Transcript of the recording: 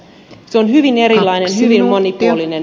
se on hyvin erilainen hyvin monipuolinen